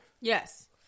Yes